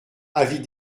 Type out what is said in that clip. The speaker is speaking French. avis